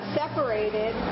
separated